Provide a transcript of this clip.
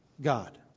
God